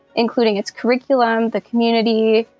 including its curriculum, the community,